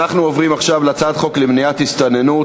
אנחנו עוברים עכשיו להצעת חוק למניעת הסתננות